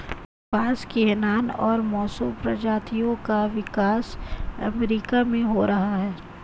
बांस की हैनान और मोसो प्रजातियों का विकास अमेरिका में हो रहा है